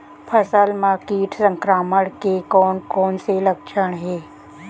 फसल म किट संक्रमण के कोन कोन से लक्षण हे?